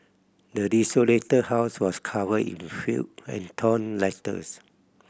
the desolated house was covered in filth and torn letters